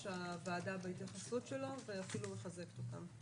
הוועדה בהתייחסות שלו ואפילו מחזקת אותם.